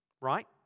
right